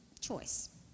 choice